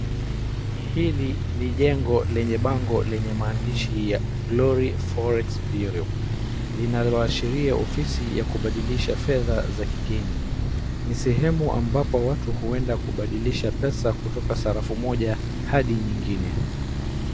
Hili ni jengo lenye bango lenye maandishi ya Glory forex bureau . Linawashiria ofisi ya kubadilisha fedha za kigeni. Ni sehemu ambapo watu huenda kubadilisHa pesa kutoka sarafu moja hadi nyingine.